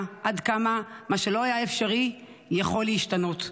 עד כמה מה שלא היה אפשרי יכול להשתנות.